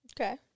Okay